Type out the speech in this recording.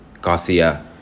Garcia